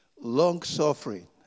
long-suffering